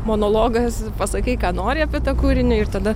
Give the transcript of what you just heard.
monologas pasakei ką nori apie tą kūrinį ir tada